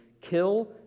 kill